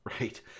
Right